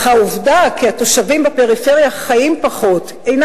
אך העובדה כי התושבים בפריפריה חיים פחות אינה